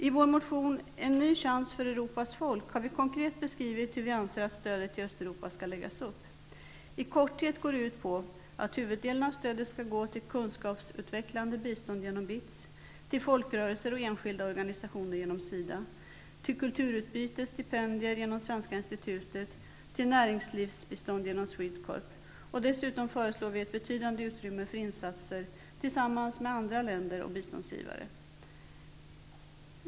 I vår motion med rubriken En ny chans för Europas folk har vi konkret beskrivit hur vi anser att stödet till Östeuropa skall läggas upp. I korthet går det ut på att huvuddelen av stödet skall ges till kunskapsutvecklande bistånd genom BITS, till folkrörelser och enskilda organisationer gemom Svenska instititutet och till näringslivsbistånd genom SWEDECORP. Dessutom föreslår vi ett betydande utrymme för insatser tillsammans med andra länder och biståndsgivare.